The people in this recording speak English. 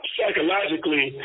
Psychologically